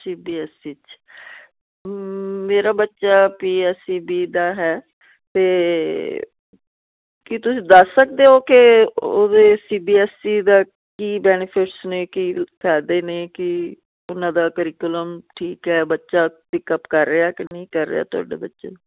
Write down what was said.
ਸੀ B S E 'ਚ ਮੇਰਾ ਬੱਚਾ ਪੀ ਐਸ ਈ ਬੀ ਦਾ ਹੈ ਅਤੇ ਕੀ ਤੁਸੀਂ ਦੱਸ ਸਕਦੇ ਹੋ ਕਿ ਉਹਦੇ ਸੀ ਬੀ ਐਸ ਈ ਦਾ ਕੀ ਬੈਨੀਫਿਟਸ ਨੇ ਕੀ ਫਾਇਦੇ ਨੇ ਕੀ ਉਹਨਾਂ ਦਾ ਕਰੀਕੁਲਮ ਠੀਕ ਹੈ ਬੱਚਾ ਪਿੱਕਅਪ ਕਰ ਰਿਹਾ ਕਿ ਨਹੀਂ ਕਰ ਰਿਹਾ ਤੁਹਾਡੇ ਬੱਚੇ